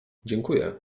dziękuję